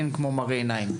שאין כמו מראה עיניים.